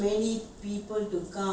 why because of the discount